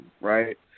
right